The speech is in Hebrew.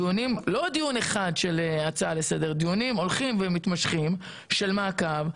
לא דיון אחד של הצעה לסדר אלא דיונים שהולכים ומתמשכים של מעקב,